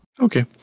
okay